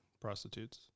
prostitutes